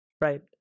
Right